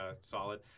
solid